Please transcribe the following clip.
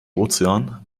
ozean